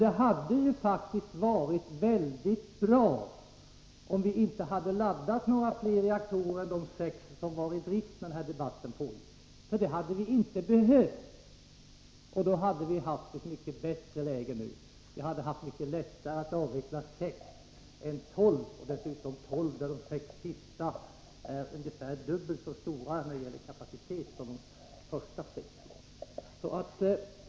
Det hade emellertid varit väldigt bra, om vi inte hade laddat några fler reaktorer än de sex som var i drift när debatten pågick. Fler hade vi inte 9” behövt. Då hade vi nu haft ett bättre läge. Det hade varit mycket lättare att avveckla sex kärnkraftverk än tolv. Dessutom är de sex sista ungefär dubbelt så stora som de sex första i fråga om kapacitet.